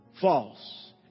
false